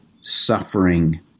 suffering